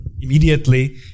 immediately